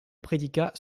prédicat